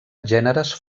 gèneres